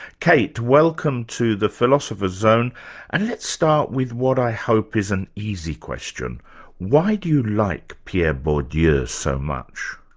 kate, welcome to the philosopher's zone and let's start with what i hope is an easy question why do you like pierre bourdieu yeah so much?